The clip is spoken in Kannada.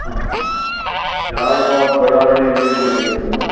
ಹಾಂ ಹಾಂ ಯಾವ ಬಡವಣೆಯಲ್ಲಿ ಮನೆ ಬೇಕಮ್ಮ